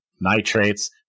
nitrates